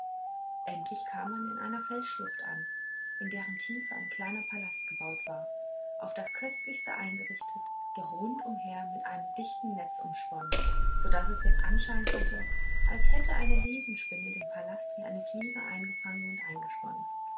endlich kam man in einer felsschlucht an in deren tiefe ein kleiner palast gebaut war auf das köstlichste eingerichtet doch rund umher mit einem dichten netz umsponnen so daß es den anschein hatte als hätte eine riesenspinne den palast wie eine fliege eingefangen und eingesponnen